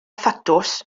thatws